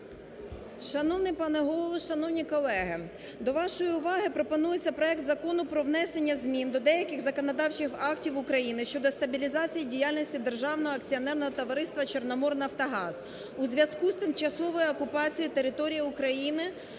Шановний пане Голово, шановні колеги, до вашої уваги пропонується проект Закону про внесення змін до деяких законодавчих актів України щодо стабілізації діяльності Державного акціонерного товариства "Чорноморнафтогаз" у зв'язку з тимчасовою окупацією території України